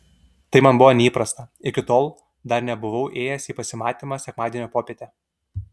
tai man buvo neįprasta iki tol dar nebuvau ėjęs į pasimatymą sekmadienio popietę